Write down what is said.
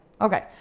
okay